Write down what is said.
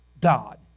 God